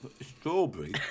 strawberry